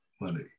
money